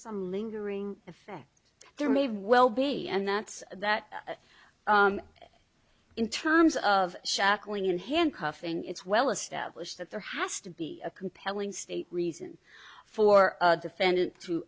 some lingering effect there may very well be and that's that in terms of shock going in handcuffing it's well established that there has to be a compelling state reason for a defendant to